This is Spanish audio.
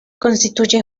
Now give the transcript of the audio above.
constituye